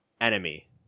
enemy